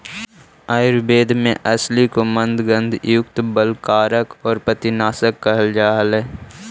आयुर्वेद में अलसी को मन्दगंधयुक्त, बलकारक और पित्तनाशक कहल जा हई